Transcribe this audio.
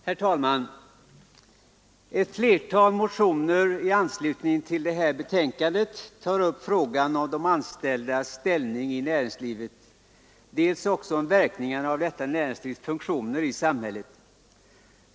Herr talman! Ett flertal motioner i anslutning till det här betänkandet tar upp frågan om dels de anställdas ställning i näringslivet, dels verkningarna av detta näringslivs funktioner i samhället.